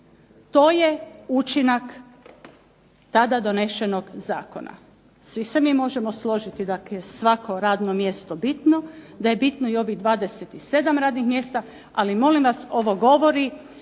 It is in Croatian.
To je učinak tada donesenog zakona. Svi se mi možemo složiti da je svako radno mjesto bitno, da je bitno i ovih 27 radnih mjesta, ali molim vas ovo govori